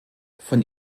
von